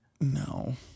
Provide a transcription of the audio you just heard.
No